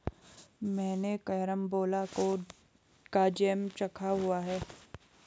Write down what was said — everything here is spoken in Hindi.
मैंने कैरमबोला का जैम चखा हुआ है